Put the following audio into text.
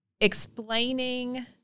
explaining